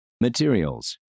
Materials